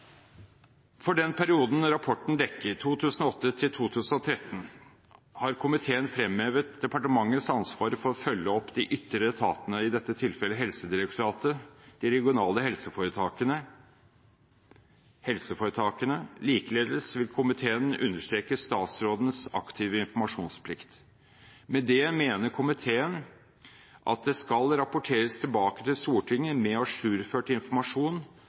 For den perioden rapporten dekker, 2008–2013, har komiteen fremhevet departementets ansvar for å følge opp de ytre etatene, i dette tilfellet Helsedirektoratet, de regionale helseforetakene, mv. Likeledes vil komiteen understreke statsrådens aktive informasjonsplikt. Med det mener komiteen at det skal rapporteres tilbake til Stortinget med ajourført informasjon